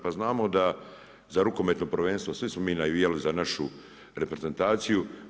Pa znamo da za rukometno prvenstvo svi smo mi navijali za našu reprezentaciju.